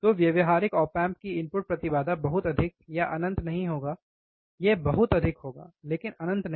तो व्यावहारिक op amp की इनपुट प्रतिबाधा बहुत अधिक या अनंत नहीं होगा यह बहुत अधिक होगा लेकिन अनंत नहीं